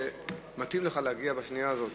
מתאים לך להגיע בשנייה הזאת.